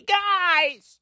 guys